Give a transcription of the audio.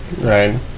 Right